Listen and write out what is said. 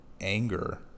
anger